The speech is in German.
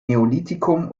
neolithikum